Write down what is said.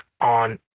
on